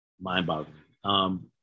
mind-boggling